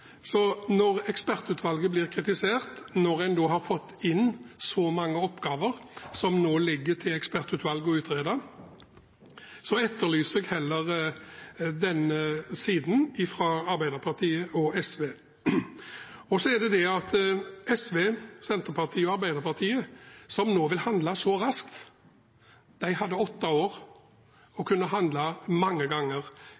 så mange oppgaver som nå ligger til ekspertutvalget å utrede, etterlyser jeg heller denne siden fra Arbeiderpartiet og SV. SV, Senterpartiet og Arbeiderpartiet, som nå vil handle så raskt, hadde åtte år